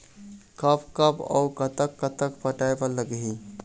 कब कब अऊ कतक कतक पटाए बर लगही